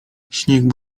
śnieg